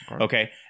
Okay